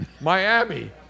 Miami